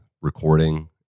recording